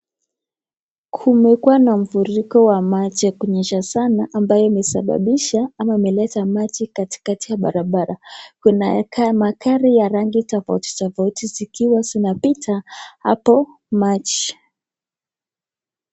Kumekuwa na mfuriko wa maji kunyesha sana ambaye imesababisha ama imeleta maji katikati ya barabara. Kuna kaa magari ya rangi tofauti tofauti zikiwa zinapita hapo maji.